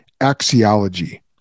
axiology